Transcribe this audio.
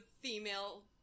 female